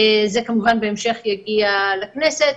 זה, כמובן, בהמשך יגיע לכנסת.